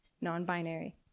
non-binary